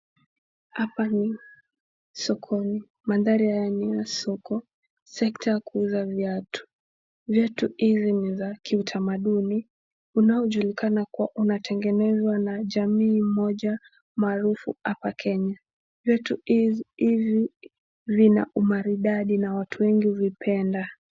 Hapa ni sokoni. Mandhari haya ni ya soko, sekta ya kuuza viatu. Viatu hivi ni za kiutamaduni unaojulikana kuwa unatengenezwa na jamii moja maarufu hapa Kenya. Viatu hivi vina umaridadi na watu wengi huvipenda.